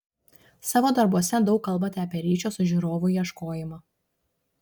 savo darbuose daug kalbate apie ryšio su žiūrovu ieškojimą